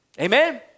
Amen